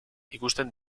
ikusten